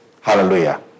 Hallelujah